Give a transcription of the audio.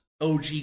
OG